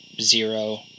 zero